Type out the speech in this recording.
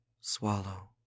swallow